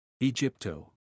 Egypto